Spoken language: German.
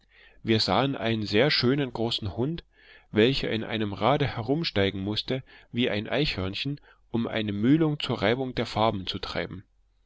wir sahen einen sehr schönen großen hund welcher in einem rade herumsteigen mußte wie ein eichhörnchen um eine mühle zur reibung der farben zu treiben